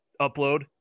upload